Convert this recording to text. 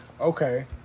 okay